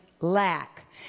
lack